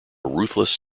ruthless